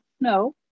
no